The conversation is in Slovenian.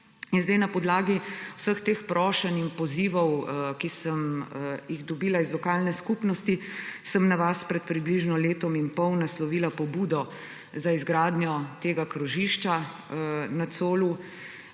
Na podlagi vseh teh prošenj in pozivov, ki sem jih dobila iz lokalne skupnosti, sem na vas pred približno letom in pol naslovila pobudo za izgradnjo tega krožišča na Colu